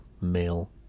male